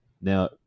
Now